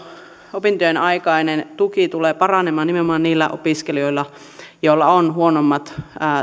opintojen aikainen tuki tulee paranemaan nimenomaan niillä opiskelijoilla joilla on huonommat